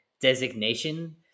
designation